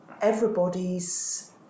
everybody's